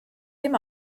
dim